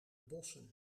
bossen